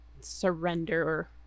surrender